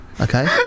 Okay